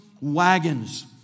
wagons